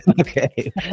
Okay